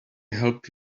help